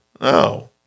No